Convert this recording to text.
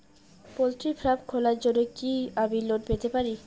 Poultry farm খোলার জন্য কি আমি লোন পেতে পারি?